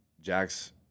Jax